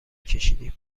کشیدی